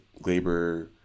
Glaber